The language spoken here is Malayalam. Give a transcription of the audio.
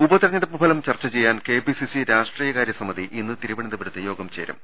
ഉപതെരഞ്ഞെടുപ്പ് ഫലം ചർച്ച ചെയ്യാൻ കെപിസിസി രാഷ്ട്രീ യകാര്യ സമിതി ഇന്ന് തിരുവനന്തപുരത്ത് യോഗം ചേരും